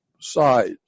sides